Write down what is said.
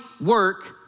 work